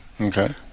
Okay